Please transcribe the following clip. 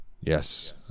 Yes